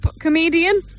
comedian